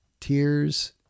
Tears